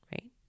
right